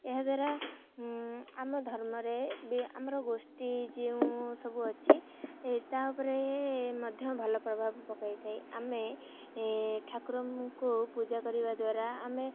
ଏହାଦ୍ୱାରା ଆମ ଧର୍ମରେ ବି ଆମର ଗୋଷ୍ଠୀ ଯେଉଁ ସବୁ ଅଛି ତା ଉପରେ ମଧ୍ୟ ଭଲ ପ୍ରଭାବ ପକାଇଥାଏ ଆମେ ଠାକୁରଙ୍କୁ ପୂଜା କରିବା ଦ୍ୱାରା ଆମେ